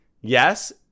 yes